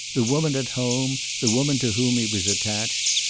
the woman at home, the woman to whom he was attached,